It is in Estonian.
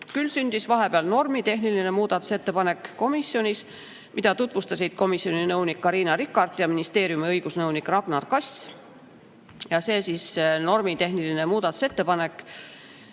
komisjonis vahepeal normitehniline muudatusettepanek, mida tutvustasid komisjoni nõunik Carina Rikart ja ministeeriumi õigusnõunik Ragnar Kass. See normitehniline muudatusettepanek